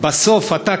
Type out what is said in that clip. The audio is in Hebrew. בסוף אתה,